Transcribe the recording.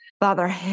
Father